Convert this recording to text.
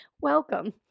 welcome